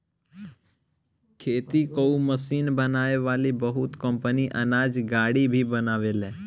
खेती कअ मशीन बनावे वाली बहुत कंपनी अनाज गाड़ी भी बनावेले